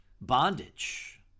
bondage